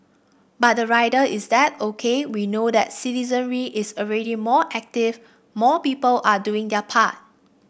but the rider is that OK we know that citizenry is already more active more people are doing their part